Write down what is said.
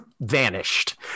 vanished